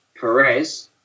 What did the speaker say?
Perez